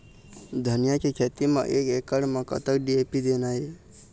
धनिया के खेती म एक एकड़ म कतक डी.ए.पी देना ये?